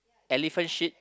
elephant shit